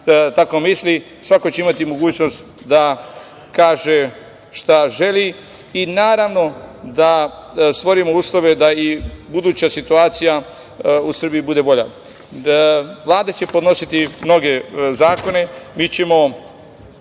tako misli. Svako će imati mogućnost da kaže šta želi i, naravno, da stvorimo uslove da i buduća situacija u Srbiji bude bolja. Vlada će podnositi mnoge zakone i mi ćemo